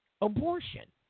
abortion